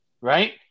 right